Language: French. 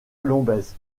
lombez